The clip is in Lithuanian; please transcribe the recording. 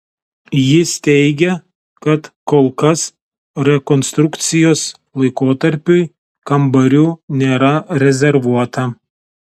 jis teigia kad kol kas rekonstrukcijos laikotarpiui kambarių nėra rezervuota